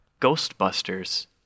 Ghostbusters